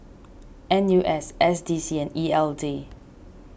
N U S S D C and E L D